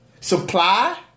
supply